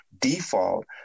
Default